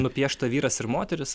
nupiešta vyras ir moteris